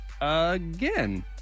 again